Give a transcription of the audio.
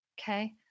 Okay